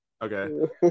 okay